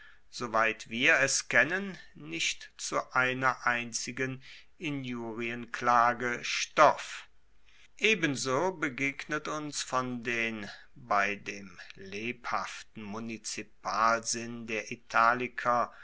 soweit wir es kennen nicht zu einer einzigen injurienklage stoff ebenso begegnet uns von den bei dem lebhaften munizipalsinn der italiker